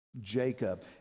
Jacob